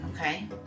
Okay